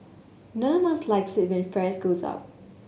none of us likes it when fries goes up